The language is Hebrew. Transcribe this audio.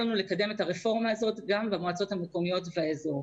לנו לקדם את הרפורמה הזאת גם במועצות המקומיות באזור.